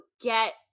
get